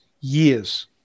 years